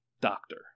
doctor